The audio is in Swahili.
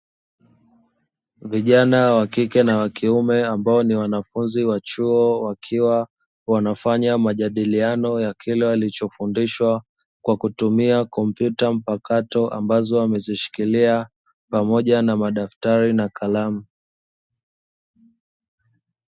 Vijana wakike na wa kiume ambao ni wanafunzi wa chuo, wakiwa wanafanya majadiliano ya kile walichofundishwa kwa kutumia kompyuta mpakato ambazo wamezishikilia, pamoja na madaftari na kalamu.